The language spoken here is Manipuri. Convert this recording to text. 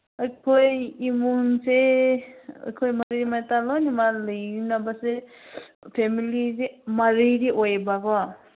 ꯑꯩꯈꯣꯏ ꯏꯃꯨꯡꯁꯦ ꯑꯩꯈꯣꯏ ꯃꯔꯤ ꯃꯇꯥ ꯂꯣꯏꯅꯃꯛ ꯂꯩꯅꯕꯁꯦ ꯐꯦꯃꯤꯂꯤꯁꯦ ꯃꯔꯤꯗꯤ ꯑꯣꯏꯌꯦꯕꯀꯣ